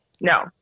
no